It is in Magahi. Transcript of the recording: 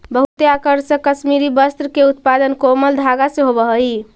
बहुते आकर्षक कश्मीरी वस्त्र के उत्पादन कोमल धागा से होवऽ हइ